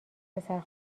پسر